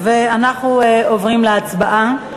ואנחנו עוברים להצבעה.